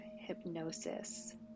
hypnosis